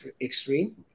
Extreme